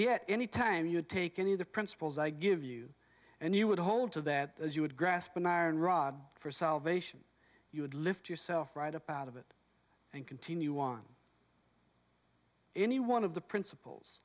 yet any time you take any of the principles i give you and you would hold to that as you would grasp an errand rod for salvation you would lift yourself right about of it and continue on any one of the princip